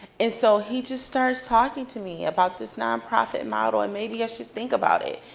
and so he just starts talking to me about this nonprofit model. and maybe i should think about it.